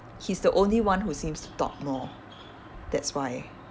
he's the only one who seems to talk more that's why